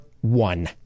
one